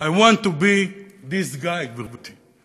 הזה.I want to be this guy , גברתי.